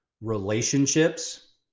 relationships